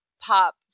pop